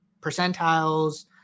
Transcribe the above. Percentiles